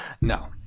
No